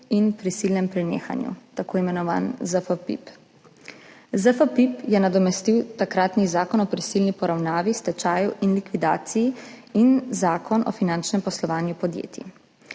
in prisilnem prenehanju, tako imenovan ZFPPIPP. ZFPPIPP je nadomestil takratni Zakon o prisilni poravnavi, stečaju in likvidaciji in Zakon o finančnem poslovanju podjetij.